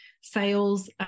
sales